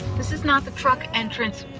this is not the truck entrance,